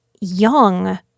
young